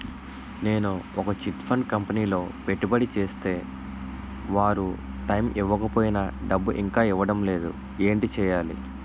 నేను ఒక chit fund కంపెనీలో పెట్టుబడి చేస్తే వారు టైమ్ ఇవ్వకపోయినా డబ్బు ఇంకా ఇవ్వడం లేదు ఏంటి చేయాలి?